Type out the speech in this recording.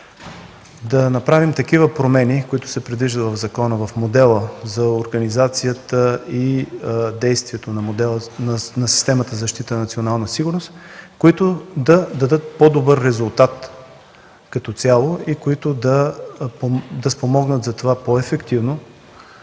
да направим такива промени, които се предвиждат в закона, в модела за организацията и действието на системата за защита на национална сигурност, които да дадат по-добър резултат като цяло и които да спомогнат по ефективно